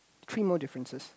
three more differences